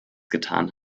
getan